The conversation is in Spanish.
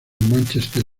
manchester